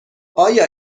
آیا